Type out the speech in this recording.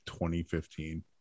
2015